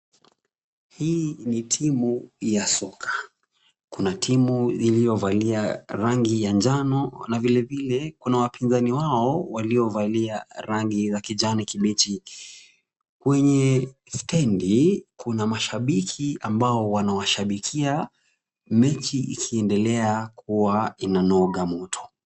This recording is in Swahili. Hii ni timu ya soka. Kuna timu iliyovalia rangi ya njano na vilevile kuna wapinzani wao waliovalia rangi za kijani kibichi. Kwenye stendi kuna mashabiki ambao wanawashabikia, mechi ikiendelea kuwa inanoga moto.